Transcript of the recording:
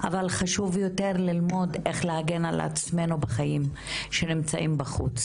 אבל חשוב יותר ללמוד איך להגן על עצמנו בחיים שנמצאים בחוץ.